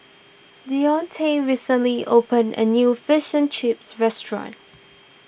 Deonte recently opened a new Fish and Chips restaurant